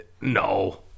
No